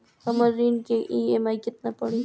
हमर ऋण के ई.एम.आई केतना पड़ी?